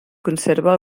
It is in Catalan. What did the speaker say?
conserva